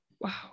wow